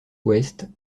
ouest